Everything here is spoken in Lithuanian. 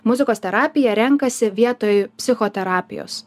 muzikos terapiją renkasi vietoj psichoterapijos